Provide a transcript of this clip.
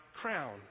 crown